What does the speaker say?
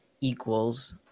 equals